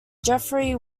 jeffrey